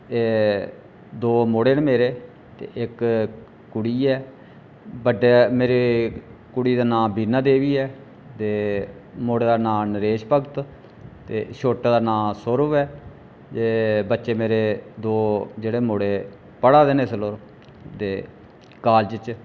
ए दो मुड़े न मेरे ते इक कुड़ी ऐ बड्डे मेरे कुड़ी दा नां वीणा देवी ऐ ते बड्डे दा नां नरेश भगत ते छोटे दा ना सौरभ ऐ ते बच्चे मेरे दो जेह्ड़े मुड़े पढ़ै दे न इसलै ओह् कालेज च